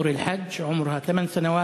נור אלחאג', בת שמונה,